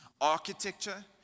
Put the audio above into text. architecture